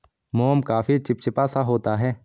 मोम काफी चिपचिपा सा होता है